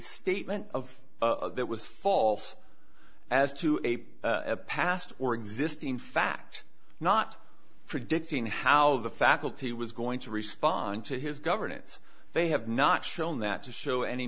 statement of that was false as to a past or existing fact not predicting how the faculty was going to respond to his governance they have not shown that to show any